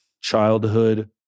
childhood